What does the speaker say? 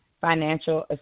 Financial